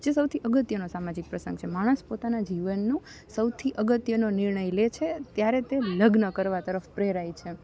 જે સૌથી અગત્યનો સામાજિક પ્રસંગ છે માણસ પોતાનાં જીવનનો સૌથી અગત્યનો નિર્ણય લે છે ત્યારે તે લગ્ન કરવા તરફ પ્રેરાય છે